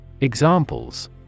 Examples